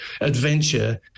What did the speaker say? adventure